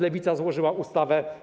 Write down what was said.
Lewica złożyła ustawę.